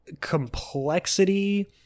complexity